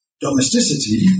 domesticity